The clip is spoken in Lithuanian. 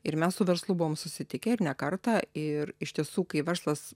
ir mes su verslu buvom susitikę ir ne kartą ir iš tiesų kai verslas